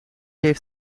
heeft